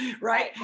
right